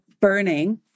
burning